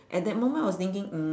at that moment I was thinking mm